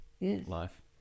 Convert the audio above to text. life